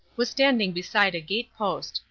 was standing beside a gate-post.